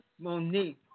Monique